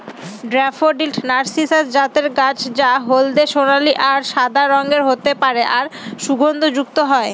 daffodil narcissus জাতের গাছ যা হলদে সোনালী আর সাদা রঙের হতে পারে আর সুগন্ধযুক্ত হয়